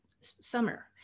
summer